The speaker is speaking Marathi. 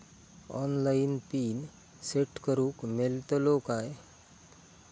ऑनलाइन पिन सेट करूक मेलतलो काय?